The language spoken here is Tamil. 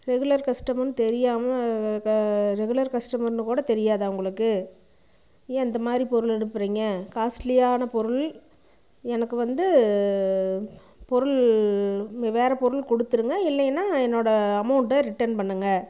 ரெகுலர் கஸ்டமர்னு தெரியாமல் ரெகுலர் கஸ்டமர்னு கூட தெரியாதா உங்களுக்கு ஏன் இந்த மாதிரி பொருள் அனுப்புகிறிங்க காஸ்ட்லியான பொருள் எனக்கு வந்து பொருள் வேறு பொருள் கொடுத்துருங்க இல்லைன்னால் என்னோட அமௌண்ட்டை ரிட்டன் பண்ணுங்க